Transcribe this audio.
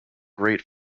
great